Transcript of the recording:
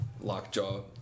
lockjaw